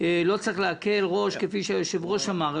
"לא צריך להקל כפי שהיושב-ראש אמר"